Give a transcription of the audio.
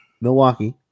Milwaukee